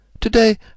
today